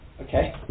Okay